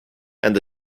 and